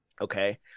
okay